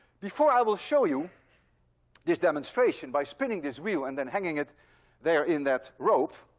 before i will show you this demonstration by spinning this wheel and then hanging it there in that rope,